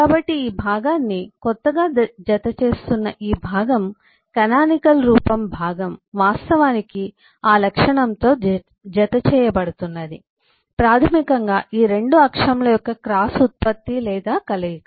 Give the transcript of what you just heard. కాబట్టి ఈ భాగాన్ని కొత్తగా జతచేస్తున్న ఈ భాగం కానానికల్ రూపం భాగం వాస్తవానికి ఆ లక్షణంతో జతచేయబడుతున్నది ప్రాథమికంగా ఈ రెండు అక్షముల యొక్క క్రాస్ ఉత్పత్తి లేదా కలయిక